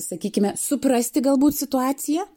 sakykime suprasti galbūt situaciją